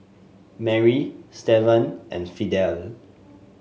Mary Stevan and Fidel